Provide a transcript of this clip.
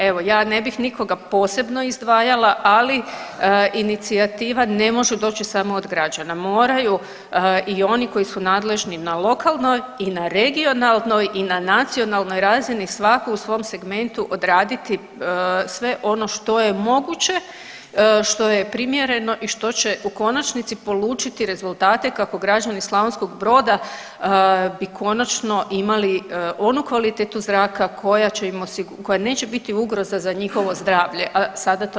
Evo ja ne bih nikoga posebno izdvajala, ali inicijativa ne može doći samo od građana, moraju i oni koji su nadležni na lokalnoj i na regionalnoj i na nacionalnoj razini svako u svom segmentu odraditi sve ono što je moguće, što je primjereno i što će u konačnici polučiti rezultate kako građani Slavonskog Broda bi konačno imali onu kvalitetu zraka koja će im, koja neće biti ugroza za njihovo zdravlje, sada to